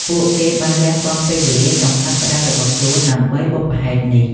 ពួកគេបានលះបង់ពេលវេលាចុងសប្ដាហ៍របស់ខ្លួនដើម្បីបុព្វហេតុនេះ។